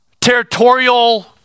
territorial